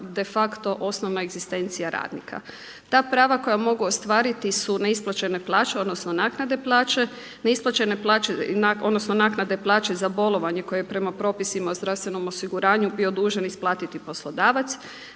defacto osnovna egzistencija radnika. Ta prava koja mogu ostvariti su neisplaćene plaće, odnosno naknade plaće, neisplaćene plaće, odnosno naknade plaće za bolovanje koje je prema propisima o zdravstvenom osiguranju bio dužan isplatiti poslodavac,